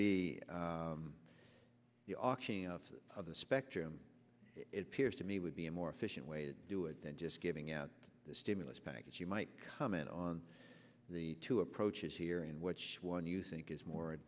be the spectrum it appears to me would be a more efficient way to do it than just giving out the stimulus package might comment on the two approaches here in which one you think is more